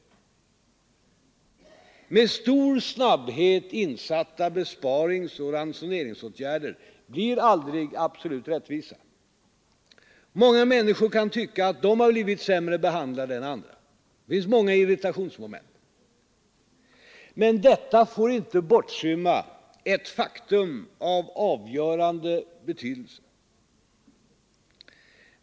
Med stor snabbhet insatta besparingsoch ransoneringsåtgärder blir aldrig absolut rättvisa. Många människor kan tycka att de har blivit sämre behandlade än andra — det finns många irritationsmoment. Men detta får inte bortskymma ett faktum av avgörande betydelse.